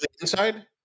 inside